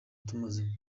tumaze